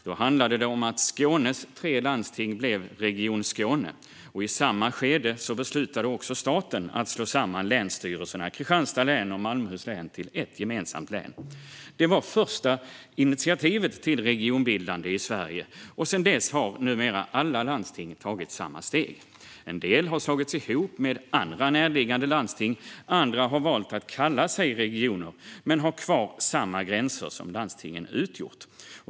Då handlade det om att Skånes tre landsting blev Region Skåne. I samma skede beslutade också staten att slå samman länsstyrelserna i Kristianstads län och Malmöhus län till ett gemensamt län. Det var det första initiativet till regionbildande i Sverige, och sedan dess har numera alla landsting tagit samma steg. En del har slagits ihop med andra närliggande landsting, andra har valt att kalla sig regioner men har kvar samma gränser som landstingen utgjort.